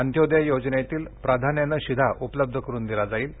अंत्योदय योजनेतील प्राधान्यानं शिधा उपलब्ध करुन दिला जाईल